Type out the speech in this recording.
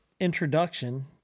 introduction